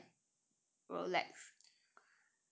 rolex